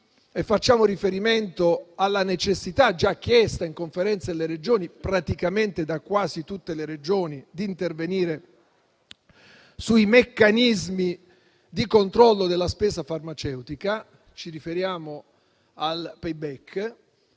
facciamo riferimento alla necessità, già evidenziata in Conferenza delle Regioni praticamente da quasi tutte le Regioni, di intervenire sui meccanismi di controllo della spesa farmaceutica (ci riferiamo al *payback*)